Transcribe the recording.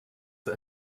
für